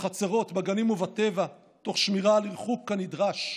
בחצרות, בגנים ובטבע, תוך שמירה על ריחוק כנדרש.